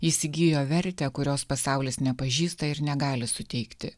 jis įgijo vertę kurios pasaulis nepažįsta ir negali suteikti